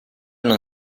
non